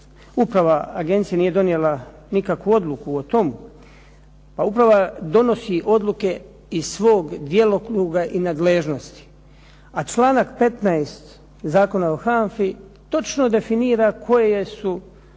uprava agencije nije donijela nikakvu odluku o tomu, a uprava donosi odluke iz svog djelokruga i nadležnosti, a članak 15. Zakona o HANFA-i točno definira koje su